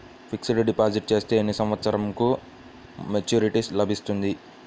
Fixed deposit చేస్తే ఎన్ని సంవత్సరంకు మెచూరిటీ లభిస్తుంది?